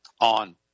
on